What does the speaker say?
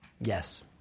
Yes